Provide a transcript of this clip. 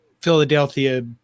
Philadelphia